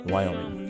Wyoming